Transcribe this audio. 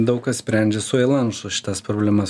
daug ką sprendžia su elanšu šitas problemas